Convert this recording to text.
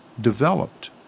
developed